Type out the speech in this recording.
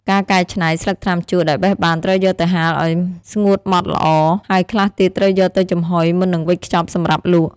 ការកែច្នៃ ស្លឹកថ្នាំជក់ដែលបេះបានត្រូវយកទៅហាលឱ្យស្ងួតហ្មត់ល្អ ហើយខ្លះទៀតត្រូវយកទៅចំហុយមុននឹងវេចខ្ចប់សម្រាប់លក់។